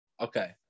Okay